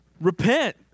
Repent